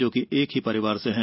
जो कि एक ही परिवार से हैं